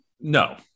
no